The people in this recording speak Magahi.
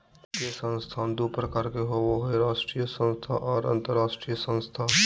वित्तीय संस्थान दू प्रकार के होबय हय राष्ट्रीय आर अंतरराष्ट्रीय संस्थान